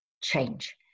change